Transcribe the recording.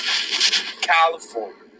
California